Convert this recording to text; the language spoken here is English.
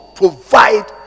provide